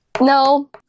No